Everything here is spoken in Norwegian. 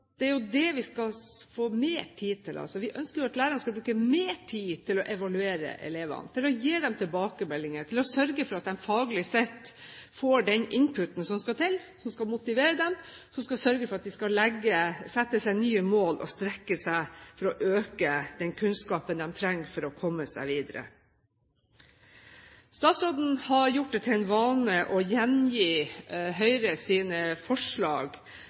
Det er jo det vi skal få mer tid til. Vi ønsker at lærerne skal bruke mer tid til å evaluere elevene, gi dem tilbakemeldinger og sørge for at de faglig sett får den inputen som skal til for å motivere dem, og som skal sørge for at de skal sette seg nye mål og strekke seg for å øke den kunnskapen de trenger for å komme seg videre. Statsråden har gjort det til en vane å gjengi Høyres forslag